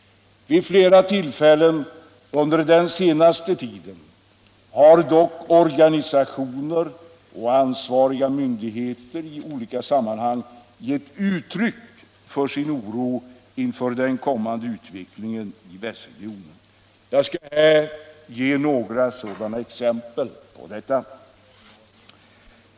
Vid flera tillfällen under den senaste tiden har dock organisationer och ansvariga myndigheter i olika sammanhang givit uttryck för sin oro inför den kommande utvecklingen i västregionen. Jag skall här ge några sådana exempel på detta.